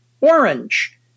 orange